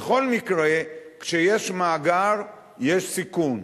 בכל מקרה, כאשר יש מאגר יש סיכון.